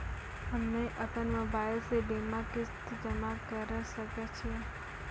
हम्मे अपन मोबाइल से बीमा किस्त जमा करें सकय छियै?